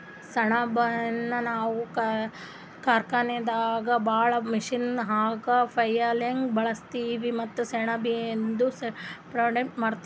ಸೆಣಬನ್ನ ನಾವ್ ಕಾರ್ಖಾನೆದಾಗ್ ಬಳ್ಸಾ ಮಷೀನ್ಗ್ ಹಾಕ ಫ್ಯುಯೆಲ್ದಾಗ್ ಬಳಸ್ತೀವಿ ಮತ್ತ್ ಸೆಣಬಿಂದು ಪೌಡರ್ನು ಮಾಡ್ತೀವಿ